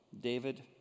David